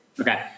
Okay